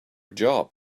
job